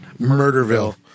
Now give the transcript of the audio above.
Murderville